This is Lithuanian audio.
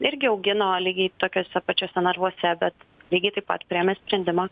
irgi augino lygiai tokiuose pačiuose narvuose bet lygiai taip pat priėmė sprendimą